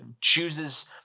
chooses